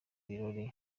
birori